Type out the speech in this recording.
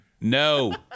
No